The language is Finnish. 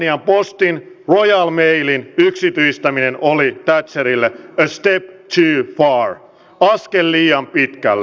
britannian postin royal mailin yksityistäminen oli thatcherille step too far askel liian pitkälle